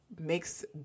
makes